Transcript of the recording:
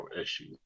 issues